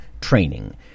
training